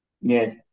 Yes